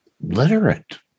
literate